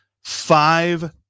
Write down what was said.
five